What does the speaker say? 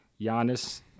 Giannis